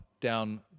down